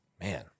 Man